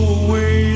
away